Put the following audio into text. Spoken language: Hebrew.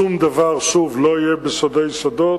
שוב, שום דבר לא יהיה בסודי סודות.